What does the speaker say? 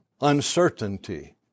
uncertainty